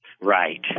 Right